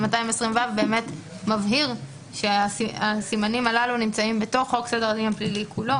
220ו באמת מבהיר שהסימנים הללו נמצאים בתוך חוק סדר הפלילי כולו